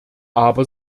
aber